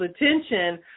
attention